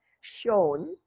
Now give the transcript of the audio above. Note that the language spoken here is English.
shown